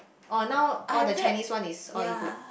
oh now all the Chinese one is all E book